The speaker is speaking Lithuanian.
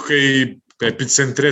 kai epicentre